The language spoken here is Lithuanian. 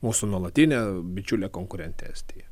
mūsų nuolatinė bičiulė konkurentė estija